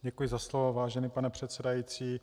Děkuji za slovo, vážený pane předsedající.